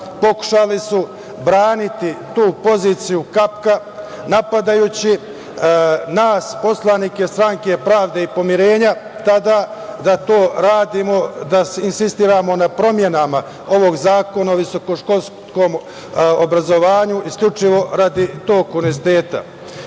pokušali su braniti tu poziciju KAPK-a, napadajući nas poslanike Stranke pravde i pomirenja tada da to radimo, da insistiramo na promenama ovog Zakona o visokoškolskom obrazovanju isključivo radi tog